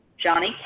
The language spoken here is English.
Johnny